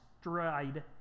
Stride